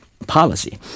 Policy